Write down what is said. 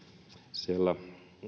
siellä